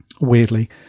weirdly